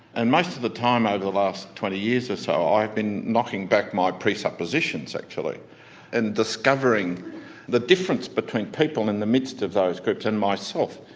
and most of the time over the last twenty years or so i've been knocking back my pre-suppositions actually and discovering the difference between people in the midst of those groups and myself.